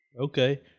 Okay